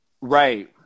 right